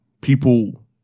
people